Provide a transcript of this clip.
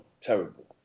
terrible